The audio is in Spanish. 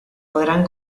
podrán